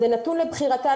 זה נתון לבחירתן,